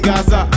Gaza